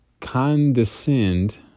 condescend